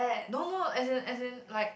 no no as in as in like